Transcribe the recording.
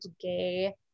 gay